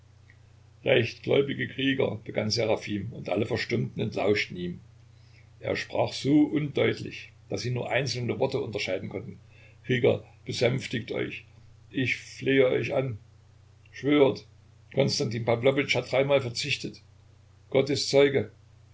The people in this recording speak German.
rechtgläubige krieger begann seraphim und alle verstummten und lauschten ihm er sprach so undeutlich daß sie nur einzelne worte unterscheiden konnten krieger besänftigt euch ich flehe euch an schwört konstantin pawlowitsch hat dreimal verzichtet